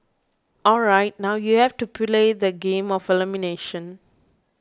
alright now you have to play the game of elimination